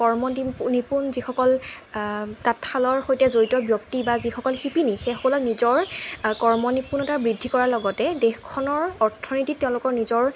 কৰ্ম নিপুণ যিসকল তাঁতশালৰ সৈতে জড়িত ব্যক্তি বা যিসকল শিপিনী সেইসকলে নিজৰ কৰ্মনিপুণতা বৃদ্ধি কৰাৰ লগতে দেশখনৰ অৰ্থনীতিত তেওঁলোকৰ নিজৰ